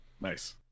Nice